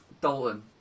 Dalton